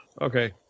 okay